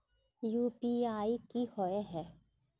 UPI की होय है?